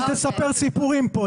אל תספר סיפורים פה.